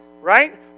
Right